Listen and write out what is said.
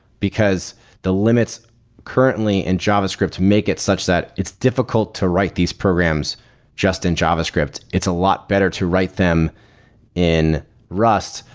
because the limits currently in javascript to make it such that it's difficult to write these programs just in javascript. it's a lot better to write them in rust.